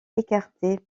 écarté